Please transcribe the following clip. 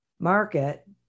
market